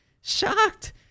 shocked